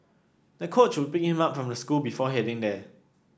the coach would pick him up from school before heading there